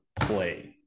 play